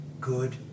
good